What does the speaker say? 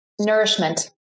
nourishment